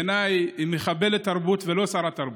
בעיניי, היא מחבלת תרבות ולא שרת התרבות.